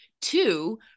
Two